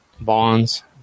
Bonds